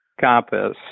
compass